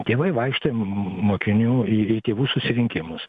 tėvai vaikšto į mokinių į į tėvų susirinkimus